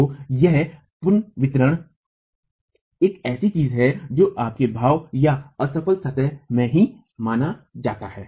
तो यह पुनर्वितरण एक ऐसी चीज है जो आपके भाव या असफल सतह में ही नहीं माना जाता है